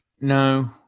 No